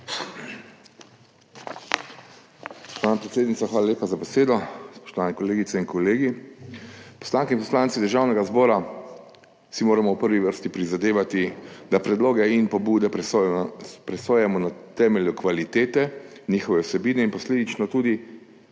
hvala lepa za besedo. Spoštovani kolegice in kolegi! Poslanke in poslanci Državnega zbora si moramo v prvi vrsti prizadevati, da predloge in pobude presojamo na temelju kvalitete njihove vsebine in posledično tudi,